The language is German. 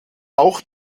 auch